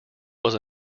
was